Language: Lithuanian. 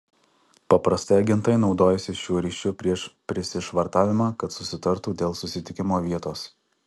paprastai agentai naudojasi šiuo ryšiu prieš prisišvartavimą kad susitartų dėl susitikimo vietos